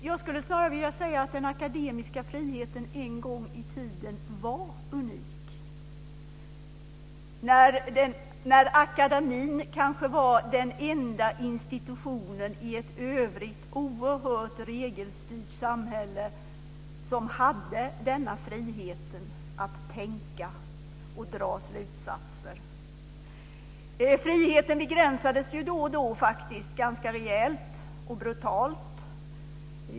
Jag skulle snarare vilja säga att den akademiska friheten en gång i tiden var unik, när akademin kanske var den enda institution i ett i övrigt oerhört regelstyrt samhälle som hade denna friheten att tänka och dra slutsatser. Friheten begränsades då och då ganska rejält och brutalt.